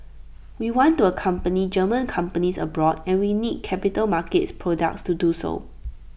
we want to accompany German companies abroad and we need capital markets products to do so